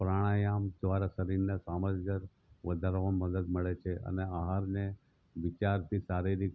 પ્રાણાયામ દ્વારા શરીરને સામર્થ્ય વધારવામાં મદદ મળે છે અને આહારને વિચારથી શારીરિક